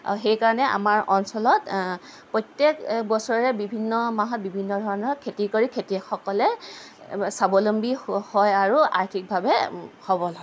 আৰু সেইকাৰণে আমাৰ অঞ্চলত প্ৰত্যেক বছৰে বিভিন্ন মাহত বিভিন্ন ধৰণৰ খেতি কৰি খেতিয়কসকলে স্বাৱলম্বী হয় আৰু আৰ্থিকভাৱে সবল হয়